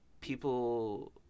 people